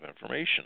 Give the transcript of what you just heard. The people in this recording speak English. Information